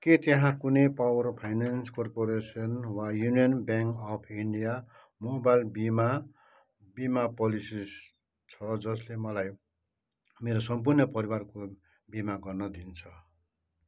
के त्यहाँ कुनै पावर फाइनेन्स कर्पोरेसन वा union bank of India mobile बिमा बिमा पलिसिस छ जसले मलाई मेरो सम्पूर्ण परिवारको बिमा गर्न दिन्छ